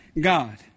God